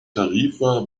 tarifa